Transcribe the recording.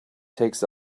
takes